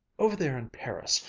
over there in paris,